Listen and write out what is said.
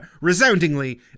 resoundingly